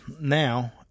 now